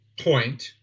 point